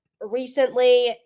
recently